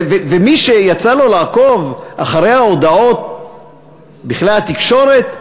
ומי שיצא לו לעקוב אחרי ההודעות בכלי התקשורת,